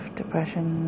depression